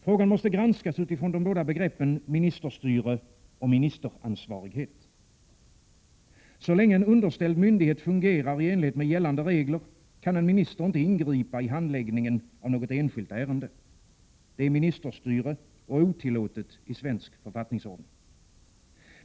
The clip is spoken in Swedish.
Frågan måste granskas utifrån de båda begreppen ministerstyre och ministeransvarighet. Så länge en underställd myndighet fungerar i enlighet med gällande regler, kan en minister inte ingripa i handläggningen av ett enskilt ärende. Det är ministerstyre och otillåtet i svensk författningsordning.